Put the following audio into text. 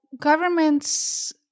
governments